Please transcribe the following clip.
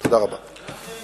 וגם, למדינת ישראל.